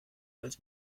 als